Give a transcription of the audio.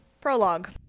Prologue